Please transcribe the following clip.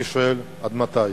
אני שואל: עד מתי?